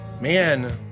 Man